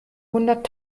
hundert